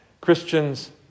Christians